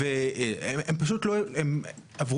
שהם יביאו איתם חזרה את שקית הנילון.